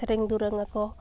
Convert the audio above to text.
ᱥᱮᱨᱮᱧ ᱫᱩᱨᱟᱹᱝ ᱟᱠᱚ